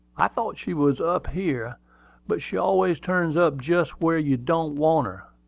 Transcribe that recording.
i thought she was up here but she always turns up just where you don't want her.